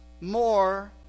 more